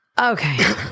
Okay